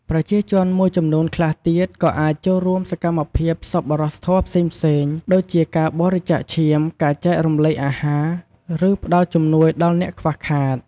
ប្រជាជនមួយចំនួនខ្លះទៀត ក៏អាចចូលរួមសកម្មភាពសប្បុរសធម៌ផ្សេងៗ ដូចជាការបរិច្ចាគឈាម ការចែករំលែកអាហារ ឬផ្ដល់ជំនួយដល់អ្នកខ្វះខាត។